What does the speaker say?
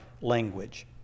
language